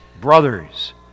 brothers